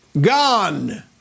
Gone